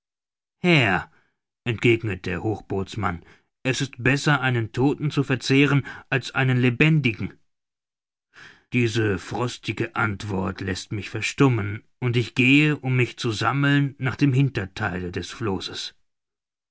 herr entgegnet der hochbootsmann es ist besser einen todten zu verzehren als einen lebendigen diese frostige antwort läßt mich verstummen und ich gehe um mich zu sammeln nach dem hintertheile des flosses